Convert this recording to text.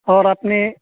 اور اپنے